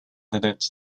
candidate